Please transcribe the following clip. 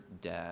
dad